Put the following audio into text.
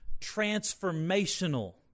transformational